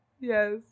Yes